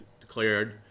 declared